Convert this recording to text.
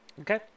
Okay